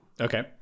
Okay